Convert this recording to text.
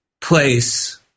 place